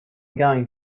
going